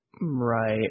Right